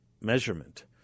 measurement